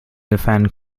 defend